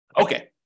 Okay